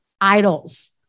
idols